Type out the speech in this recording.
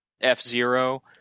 F-Zero